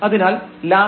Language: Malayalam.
അതിനാൽ λ ϕxy